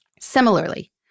Similarly